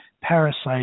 parasites